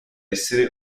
essere